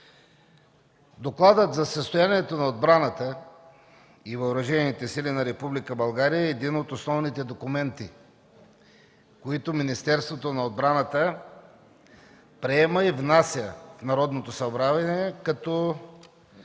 Докладът за състоянието на отбраната и въоръжените сили на Република България е един от основните документи, които Министерството на отбраната приема и внася в Народното събрание като